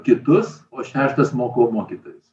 kitus o šeštas mokau mokytojus